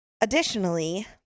Additionally